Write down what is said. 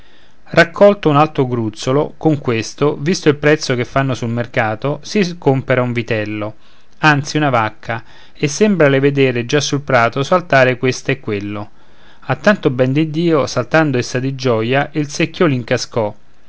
raccolto un altro gruzzolo con questo visto il prezzo che fanno sul mercato si compera un vitello anzi una vacca e sembrale vedere già sul prato saltare questa e quello a tanto ben di dio saltando essa di gioia il secchiolin cascò